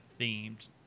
themed